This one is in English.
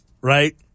Right